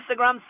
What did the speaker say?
Instagram